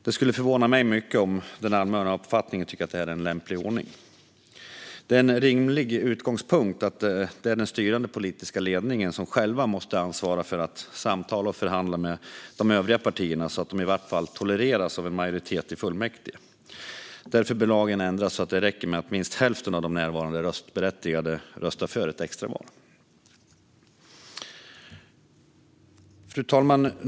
Det skulle förvåna mig mycket om det är den allmänna uppfattningen att detta är en lämplig ordning. Det är en rimlig utgångspunkt att det är den styrande politiska ledningen som själv måste ansvara för att samtala och förhandla med de övriga partierna så att den i vart fall tolereras av en majoritet i fullmäktige. Därför bör lagen ändras så att det räcker att minst hälften av de närvarande röstberättigade röstar för ett extraval. Fru talman!